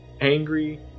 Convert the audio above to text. angry